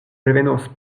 revenos